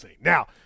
Now